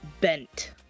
bent